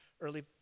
early